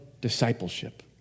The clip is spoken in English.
discipleship